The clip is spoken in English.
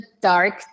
dark